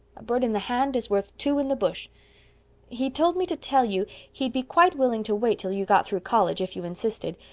a bird in the hand is worth two in the bush he told me to tell you he'd be quite willing to wait till you got through college, if you insisted,